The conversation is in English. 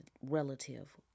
relative